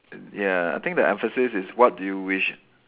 ya I think the emphasis is what do you wish